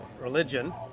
religion